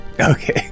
Okay